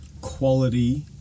quality